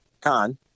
con